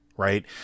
right